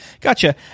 Gotcha